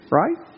right